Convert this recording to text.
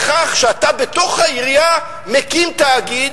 בכך שאתה בתוך העירייה מקים תאגיד,